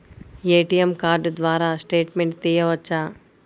ATM card ద్వారా statement తీయవచ్చా?